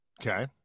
Okay